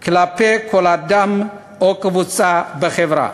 כלפי כל אדם או קבוצה בחברה.